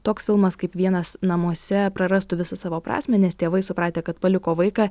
toks filmas kaip vienas namuose prarastų visą savo prasmę nes tėvai supratę kad paliko vaiką